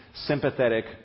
sympathetic